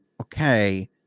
Okay